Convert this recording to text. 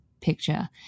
picture